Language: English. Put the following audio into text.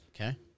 Okay